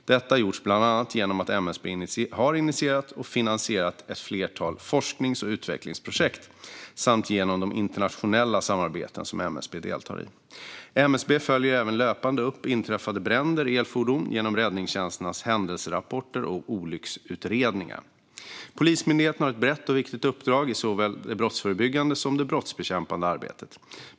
Detta har gjorts bland annat genom att MSB har initierat och finansierat ett flertal forsknings och utvecklingsprojekt samt genom de internationella samarbeten som MSB deltar i. MSB följer även löpande upp inträffade bränder i elfordon genom räddningstjänsternas händelserapporter och olycksutredningar. Polismyndigheten har ett brett och viktigt uppdrag i såväl det brottsförebyggande som det brottsbekämpande arbetet.